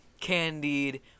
Candied